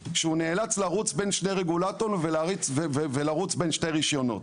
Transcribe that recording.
כשהוא נאלץ לרוץ בין שני רגולטורים ולרוץ בין שני רישיונות.